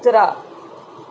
कुत्रा